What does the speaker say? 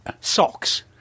Socks